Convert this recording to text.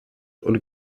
und